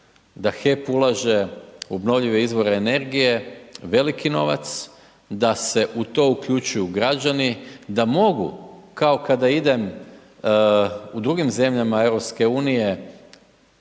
da HEP ulaže u obnovljive izbore energije veliki novac, da se u to uključuju građani, da mogu, kao kada idem u drugim zemljama EU,